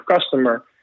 customer